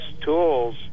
tools